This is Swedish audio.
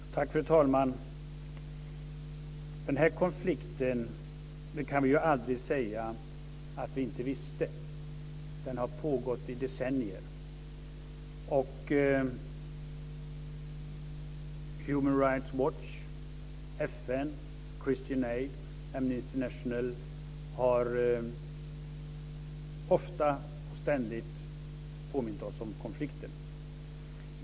Fru talman! När det gäller den här konflikten kan vi aldrig säga att vi inte visste; den har ju pågått i decennier. Human Rights Watch, FN, Christian Aid och Amnesty International har ofta - ja, ständigt - påmint oss om konflikten.